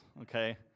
okay